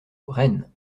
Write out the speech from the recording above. rennes